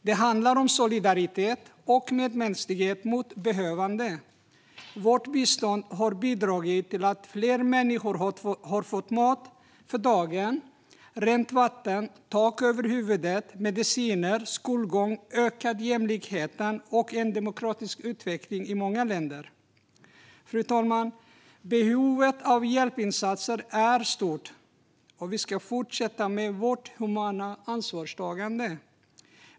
Det handlar om solidaritet och medmänsklighet gentemot behövande. Vårt bistånd har bidragit till att fler människor har fått mat för dagen, rent vatten, tak över huvudet, mediciner, skolgång och ökad jämlikhet och demokratisk utveckling i många länder. Fru talman! Behovet av hjälpinsatser är stort och vi ska fortsätta med vårt humana ansvarstagande.